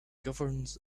governs